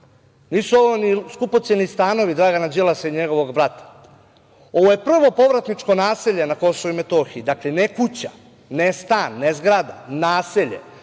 Nisu ovo ni skupoceni stanovi Dragana Đilasa ili njegovog brata. Ovo je prvo povratničko naselje na Kosovu i Metohiji. Dakle, ne kuća, ne stan, ne zgrada, naselje.